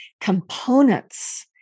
components